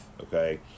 Okay